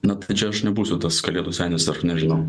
na tai čia aš nebūsiu tas kalėdų senis aš nežinau